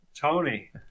Tony